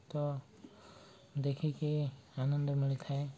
ତ ଦେଖିକି ଆନନ୍ଦ ମିଳିଥାଏ